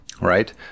right